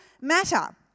matter